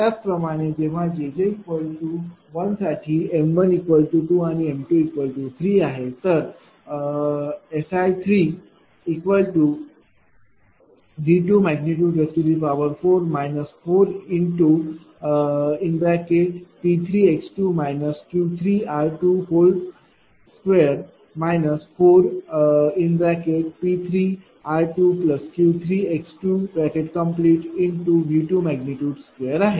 त्याचप्रमाणेजेव्हा jj1 साठीm 12m23आहेतरSI3।V।4 4P3x2 Q3r22 4P3r2Q3x2।V।2 आहे